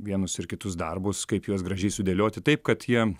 vienus ir kitus darbus kaip juos gražiai sudėlioti taip kad jie